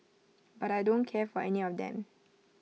but I don't care for any of them